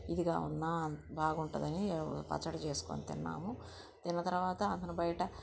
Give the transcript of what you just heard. ఇదిగా ఉన్న బాగుంటుందని ఏదో పచ్చడి చేసుకొని తిన్నాము తిన్న తర్వాత అక్కడ బయట